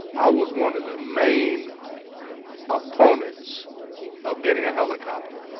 i was one of the main opponents of getting a helicopter.